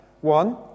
one